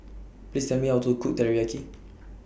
Please Tell Me How to Cook Teriyaki